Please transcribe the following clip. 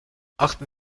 achten